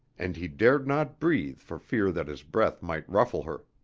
and he dared not breathe for fear that his breath might ruffle her.